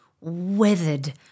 weathered